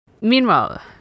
Meanwhile